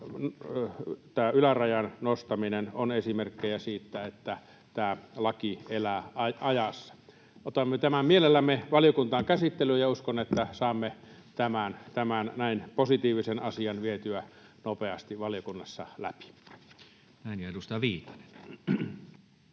tämä ylärajan nostaminen ovat esimerkkejä siitä, että tä-mä laki elää ajassa. Otamme tämän mielellämme valiokuntaan käsittelyyn, ja uskon, että saamme näin positiivisen asian vietyä nopeasti valiokunnassa läpi. [Speech 126] Speaker: